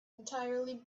entirely